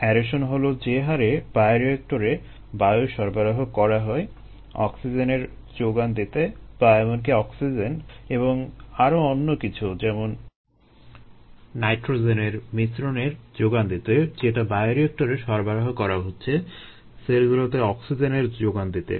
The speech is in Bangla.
অ্যারেশন হলো যে হারে বায়োরিয়েক্টরে বায়ু সরবরাহ করা হয় অক্সিজেনের যোগান দিতে বা এমনকি অক্সিজেন এবং আরো অন্য কিছু যেমন নাইট্রোজনের মিশ্রণের যোগান দিতে - যেটা বায়োরিয়েক্টরে সরবরাহ করা হচ্ছে সেলগুলোতে অক্সিজেনের যোগান দিতে